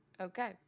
Okay